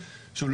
שוב,